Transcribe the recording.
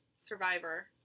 survivor